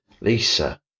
Lisa